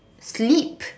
sleep